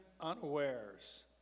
unawares